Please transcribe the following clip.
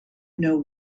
know